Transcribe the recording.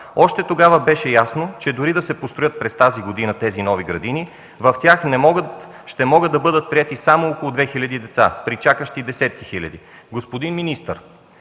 Още тогава беше ясно, че дори да се построят през тази година тези нови градини, в тях ще могат да бъдат приети само около 2000 деца при чакащи десетки хиляди. Господин министър,